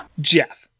Jeff